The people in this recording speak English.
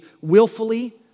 willfully